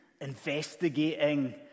investigating